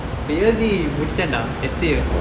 எழுதி முடிச்சிட்டென்டா:eluthu mudichittenda essay ah